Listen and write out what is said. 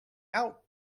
out